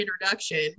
introduction